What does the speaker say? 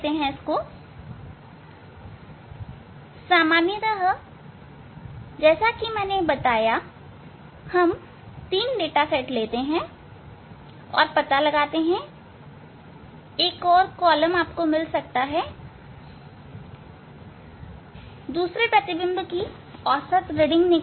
सामान्यतः जैसा कि मैंने बताया वस्तुतः हम 3 डाटा लेते हैं और पता लगाते हैं एक और कॉलम आपको मिल सकता है दूसरी प्रतिबिंब का औसत रीडिंग निकालें